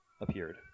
appeared